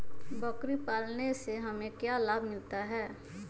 बकरी पालने से हमें क्या लाभ मिलता है?